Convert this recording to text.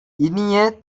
இனிய